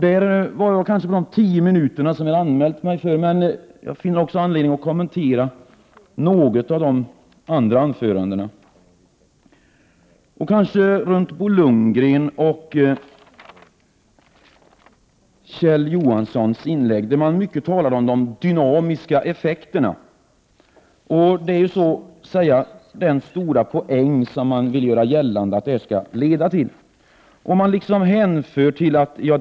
Där är det kanske slut på de tio minuter som jag anmält mig för, men jag finner också anledning att något kommentera en del av de andra anförandena. Bo Lundgren och Kjell Johansson talade mycket om de dynamiska effekter som de vill göra gällande att skattereformen skall få — det är den stora poängen med den.